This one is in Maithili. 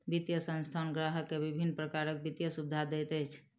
वित्तीय संस्थान ग्राहक के विभिन्न प्रकारक वित्तीय सुविधा दैत अछि